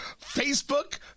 Facebook